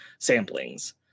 samplings